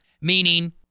meaning